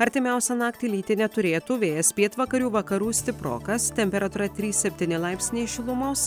artimiausią naktį lyti neturėtų vėjas pietvakarių vakarų stiprokas temperatūra trys septyni laipsniai šilumos